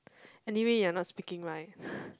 anyway you are not speaking right